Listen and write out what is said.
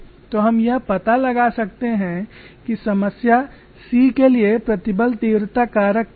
तो हम यह पता लगा सकते हैं कि समस्या के लिए प्रतिबल तीव्रता कारक क्या है